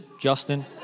Justin